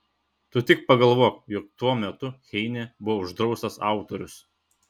tu tik pagalvok juk tuo metu heine buvo uždraustas autorius